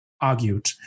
argued